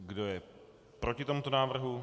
Kdo je proti tomuto návrhu?